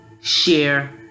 share